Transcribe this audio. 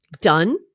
done